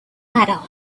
matter